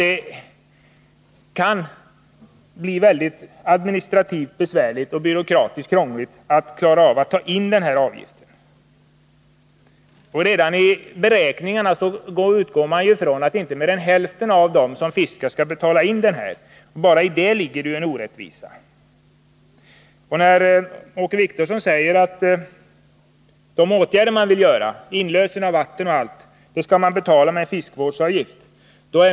Det kan bli administrativt besvärligt och byråkratiskt krångligt att ta in denna avgift. Och redan i beräkningarna utgår fiskevattenutredningen från att inte mer än hälften av dem som fiskar skall betala in avgiften. Redan häri ligger en orättvisa. Åke Wictorsson sade att de åtgärder som socialdemokraterna vill vidta — inlösen av vatten och annat — skall betalas med fiskevårdsavgiften.